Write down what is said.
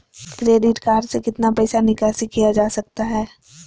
Credit card से कितना पैसा निकासी किया जा सकता है?